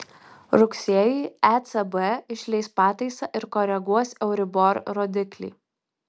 rugsėjį ecb išleis pataisą ir koreguos euribor rodiklį